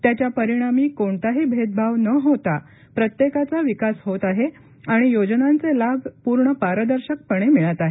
त्याच्या परिणामी कोणताही भेदभाव न होता प्रत्येकाचा विकास होत आहे आणि योजनांचे लाभ पूर्ण पारदर्शकपणे मिळत आहेत